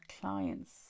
clients